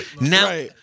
Now